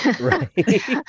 Right